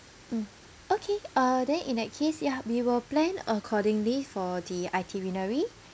mm okay uh then in that case ya we will plan accordingly for the itinerary